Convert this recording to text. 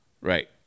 Right